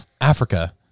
Africa